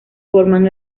forman